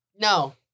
no